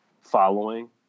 following